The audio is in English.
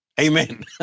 Amen